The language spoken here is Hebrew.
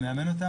ומאמן אותם,